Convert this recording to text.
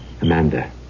Amanda